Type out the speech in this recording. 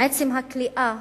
עצם הכליאה